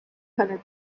hundred